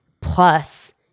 plus